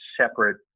separate